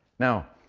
now,